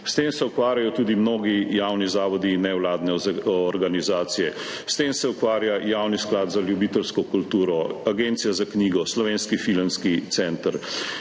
S tem se ukvarjajo tudi mnogi javni zavodi in nevladne organizacije, s tem se ukvarja javni sklad za ljubiteljsko kulturo, agencija za knjigo, Slovenski filmski center